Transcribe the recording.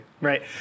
right